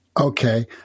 Okay